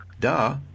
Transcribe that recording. duh